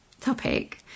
topic